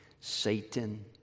Satan